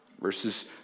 verses